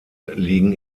liegen